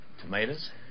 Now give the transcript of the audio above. Tomatoes